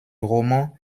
roman